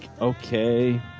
okay